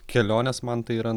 kelionės man tai yra